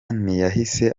ntiyahise